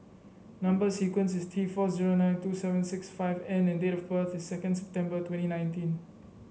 number sequence is T four zero nine two seven six five N and date of birth is second September twenty nineteen